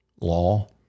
law